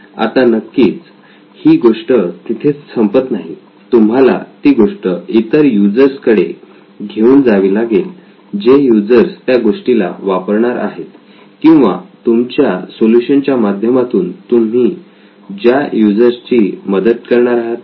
आता नक्कीच ही गोष्ट तिथेच संपत नाही तुम्हाला ती गोष्ट इतर युजर्स कडे घेऊन जावी लागेल जे युजर्स त्या गोष्टीला वापरणार आहेत किंवा तुमच्या सोल्युशन च्या माध्यमातून तुम्ही ज्या युजर्स ची मदत करणार आहात